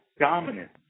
dominant